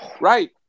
right